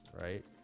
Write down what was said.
right